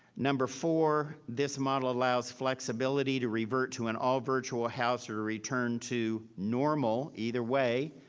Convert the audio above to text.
number four, this model allows flexibility to revert to an all virtual house or return to normal either way,